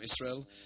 Israel